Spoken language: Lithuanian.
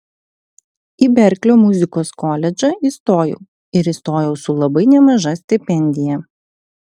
į berklio muzikos koledžą įstojau ir įstojau su labai nemaža stipendija